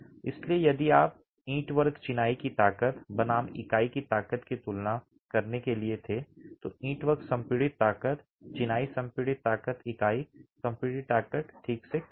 इसलिए यदि आप ईंटवर्क चिनाई की ताकत बनाम इकाई की ताकत की तुलना करने के लिए थे तो ईंटवर्क संपीड़ित ताकत चिनाई संपीड़ित ताकत इकाई संपीड़ित ताकत ठीक से कम है